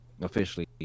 officially